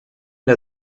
der